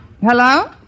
Hello